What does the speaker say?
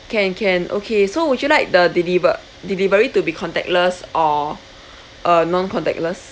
can can okay so would you like the deliver delivery to be contactless or uh non contactless